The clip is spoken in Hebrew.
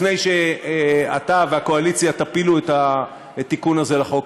לפני שאתה והקואליציה תפילו את התיקון הזה לחוק,